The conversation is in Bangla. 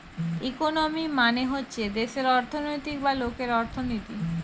ইকোনমি মানে হচ্ছে দেশের অর্থনৈতিক বা লোকের অর্থনীতি